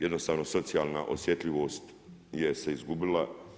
Jednostavno socijalna osjetljivost se izgubila.